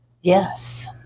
Yes